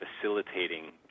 facilitating